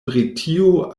britio